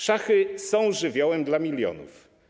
Szachy są żywiołem dla milionów.